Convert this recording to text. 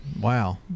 wow